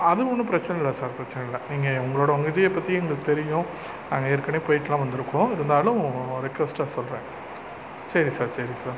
அது ஒன்றும் பிரச்சனை இல்லை சார் பிரச்சனை இல்லை நீங்கள் உங்களோடய நிதியை பற்றி எங்களுக்கு தெரியும் நாங்கள் ஏற்கனவே போய்ட்டுலாம் வந்திருக்கோம் இருந்தாலும் ரெக்வஸ்ட்டாக சொல்கிறேன் சரி சார் சரி சார்